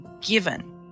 given